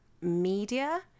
media